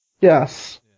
Yes